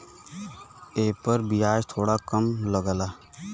एपर बियाज थोड़ा कम लगला